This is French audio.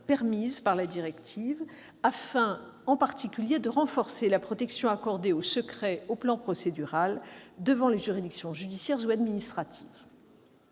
offertes par la directive afin, en particulier, de renforcer la protection accordée au secret sur le plan procédural devant les juridictions judiciaires ou administratives.